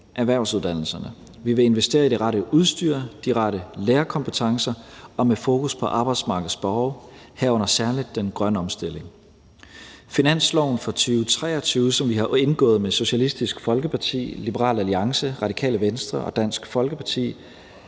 Vi vil investere i det rette udstyr, de rette lærerkompetencer og med fokus på arbejdsmarkedets behov, herunder særlig den grønne omstilling. Finansloven for 2023, som vi har indgået aftale om med Socialistisk Folkeparti, Liberal Alliance, Radikale Venstre og Dansk Folkeparti,